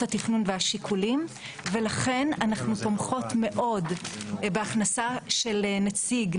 התכנון והשיקולים ולכן אנחנו תומכות מאוד בהכנסה של נציג או